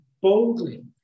boldly